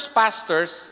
pastors